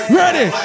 ready